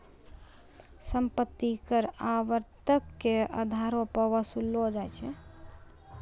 सम्पति कर आवर्तक के अधारो पे वसूललो जाय छै